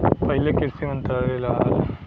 पहिले कृषि मंत्रालय रहल